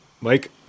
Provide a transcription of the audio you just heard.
Mike